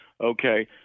okay